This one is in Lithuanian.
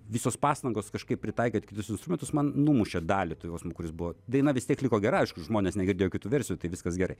visos pastangos kažkaip pritaikant visus instrumentus man numušė dalį to jausmo kuris buvo daina vis tiek liko gera aišku žmonės negirdėjo kitų versijų tai viskas gerai